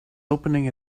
opening